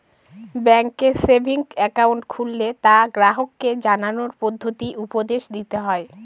ব্যাঙ্কে savings account খুললে তা গ্রাহককে জানানোর পদ্ধতি উপদেশ দিতে হয়